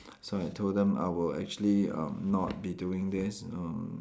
so I told them I will actually um not be doing this uh